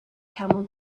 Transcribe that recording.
camel